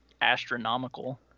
Astronomical